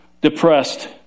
depressed